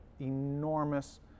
enormous